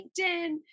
LinkedIn